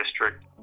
district